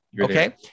Okay